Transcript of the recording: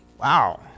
Wow